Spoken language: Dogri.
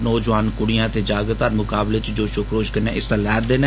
नौजोआन कुड़ियां ते जागत हर मुकाबले च जोषो खरोष कन्नै हिस्सा लैर देन